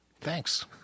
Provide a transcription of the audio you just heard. Thanks